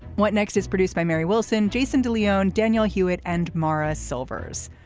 what next is produced by mary wilson. jason de leon, daniel hewitt and mara silvers.